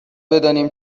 بدانیم